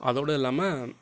அதோட இல்லாமல்